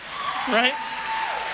right